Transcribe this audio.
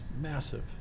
Massive